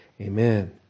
Amen